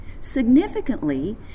Significantly